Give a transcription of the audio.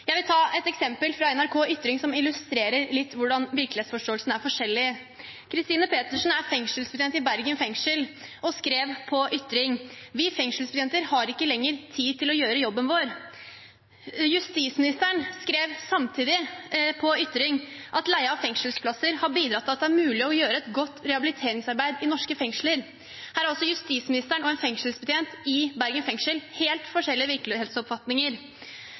Jeg vil ta et eksempel fra NRK Ytring, som illustrerer litt hvordan virkelighetsforståelsen er forskjellig. Kristine Petersen er fengselsbetjent i Bergen fengsel. Hun skrev på Ytring: «Vi fengselsbetjenter har ikke lenger tid til å gjøre jobben vår.» Justisministeren skrev samtidig på Ytring at leie av fengselsplasser har bidratt til at det er mulig å gjøre et godt rehabiliteringsarbeid i norske fengsler. Her har altså justisministeren og en fengselsbetjent i Bergen fengsel helt